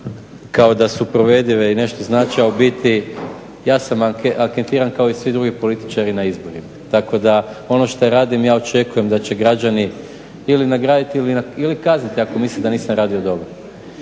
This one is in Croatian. kao da su provedive i nešto znače, a u biti ja sam anketiran kao i svi drugi političari na izborima. Tako da ono što radim ja očekujem da će građani ili nagraditi ili kazniti ako misle da nisam radio dobro.